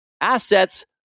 assets